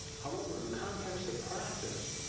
however, in the context of practice,